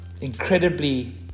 Incredibly